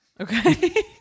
Okay